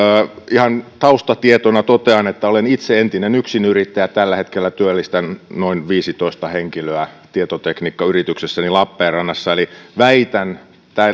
ihan taustatietona totean että olen itse entinen yksinyrittäjä ja tällä hetkellä työllistän noin viisitoista henkilöä tietotekniikkayrityksessäni lappeenrannassa eli väitän